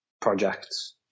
projects